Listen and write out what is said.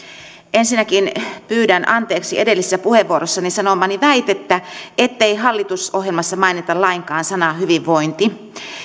ensinnäkin pyydän anteeksi edellisessä puheenvuorossani sanomaani väitettä ettei hallitusohjelmassa mainita lainkaan sanaa hyvinvointi